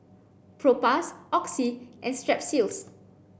Propass Oxy and Strepsils